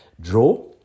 draw